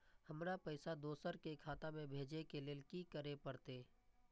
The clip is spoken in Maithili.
हमरा पैसा दोसर के खाता में भेजे के लेल की करे परते?